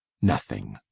nothing.